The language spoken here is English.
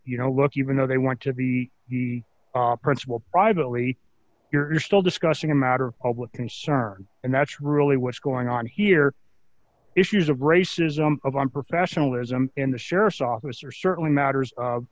you know look even though they want to be the principal privately you're still discussing a matter of public concern and that's really what's going on here issues of racism of unprofessionalism in the sheriff's office or certainly matters